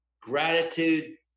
gratitude